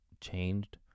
changed